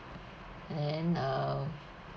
then uh